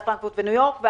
ואז פרנקפורט וניו יורק,